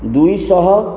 ଦୁଇଶହ